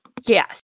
Yes